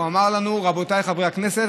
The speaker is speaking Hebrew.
הוא אמר לנו: רבותיי חברי הכנסת,